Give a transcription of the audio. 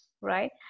right